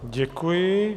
Děkuji.